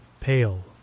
pale